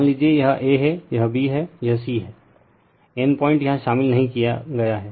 मान लीजिए यह ए है यह बी है यह सी है रिफर टाइम 1520 N पॉइंट यहाँ नही शामिल किया गया है